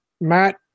Matt